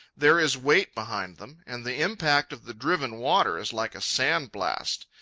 there is weight behind them, and the impact of the driven water is like a sandblast.